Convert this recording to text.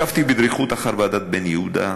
עקבתי בדריכות אחר ועדת בן-יהודה,